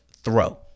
throw